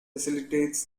facilitates